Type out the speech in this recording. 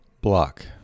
Block